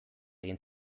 egin